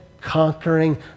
conquering